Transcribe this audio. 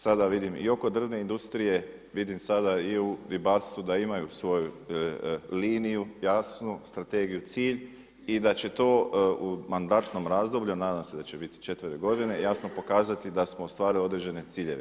Sada vidim i oko drvne industrije, vidim sada i u ribarstvu da imaju svoju liniju jasnu strategiju, cilj i da će to u mandatnom razdoblju nadam se da će biti četiri godine jasno pokazati da smo ostvarili određene ciljeve.